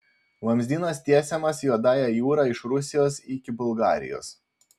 vamzdynas tiesiamas juodąja jūra iš rusijos iki bulgarijos